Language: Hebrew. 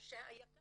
שהיק"ר